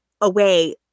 away